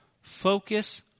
Focus